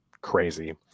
crazy